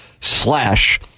slash